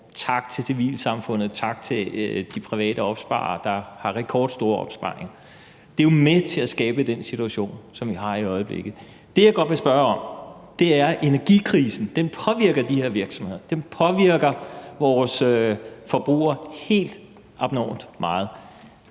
tak til civilsamfundet, tak til de private opsparere, der har rekordstore opsparinger. Det er jo med til at skabe den situation, som vi har i øjeblikket. Det, jeg godt vil spørge om, handler om energikrisen, der jo påvirker de her virksomheder, påvirker vores forbrugere helt abnormt meget.